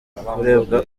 kurebwa